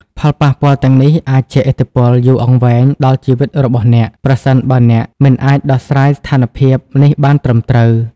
ផលប៉ះពាល់ទាំងនេះអាចជះឥទ្ធិពលយូរអង្វែងដល់ជីវិតរបស់អ្នក ប្រសិនបើអ្នកមិនអាចដោះស្រាយស្ថានភាពនេះបានត្រឹមត្រូវ។